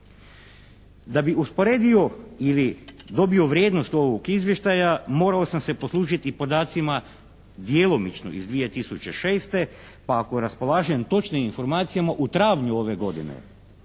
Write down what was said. Da bi usporedio ili dobio vrijednost ovog izvještaja morao sam se poslužiti podacima djelomično iz 2006. pa ako raspolažem točnim informacijama u travnju ove godine